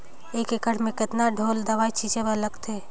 एक एकड़ म कतका ढोल दवई छीचे बर लगथे?